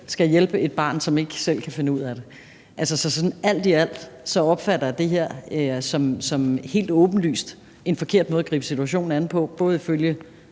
sig selv – et barn, som ikke selv kan finde ud af det. Så alt i alt opfatter jeg det her helt åbenlyst som en forkert måde at gribe situationen an på, både ifølge